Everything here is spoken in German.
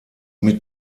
mit